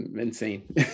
insane